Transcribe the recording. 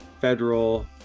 federal